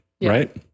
right